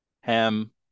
ham